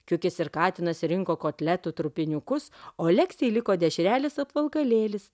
kiukis ir katinas rinko kotletų trupiniukus o leksei liko dešrelės apvalkalėlis